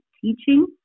teaching